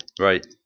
Right